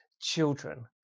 children